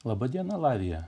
laba diena latvija